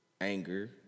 anger